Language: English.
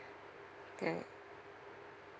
mm